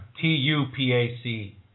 T-U-P-A-C